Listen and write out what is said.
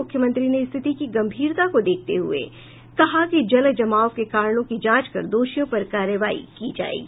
मुख्यमंत्री ने स्थिति की गंभीरता को देखते हुए कहा कि जल जमाव के कारणों की जांच कर दोषियों पर कार्रवाई की जायेगी